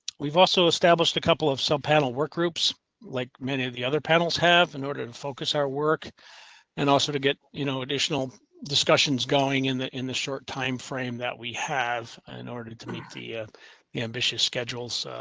we've also established a couple of sub panel work groups like, many of the other panels have in order to focus our work and also to get you know additional discussions going in the in the short timeframe that we have in order to meet the ah ambitious schedules